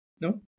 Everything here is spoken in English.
no